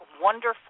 Wonderful